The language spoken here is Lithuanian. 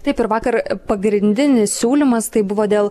taip ir vakar pagrindinis siūlymas tai buvo dėl